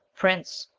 prince.